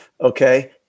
Okay